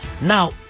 Now